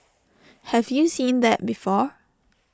have you seeing that before